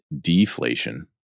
deflation